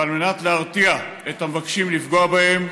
ועל מנת להרתיע את המבקשים לפגוע בהם,